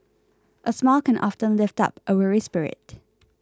a smile can often lift up a weary spirit